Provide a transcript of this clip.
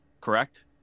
Correct